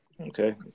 Okay